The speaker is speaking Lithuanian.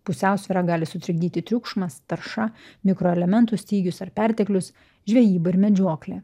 pusiausvyrą gali sutrikdyti triukšmas tarša mikroelementų stygius ar perteklius žvejyba ir medžioklė